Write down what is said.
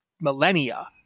millennia